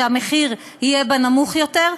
שהמחיר בה יהיה נמוך יותר,